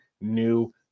new